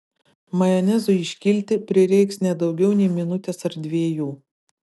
majonezui iškilti prireiks ne daugiau nei minutės ar dviejų